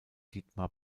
dietmar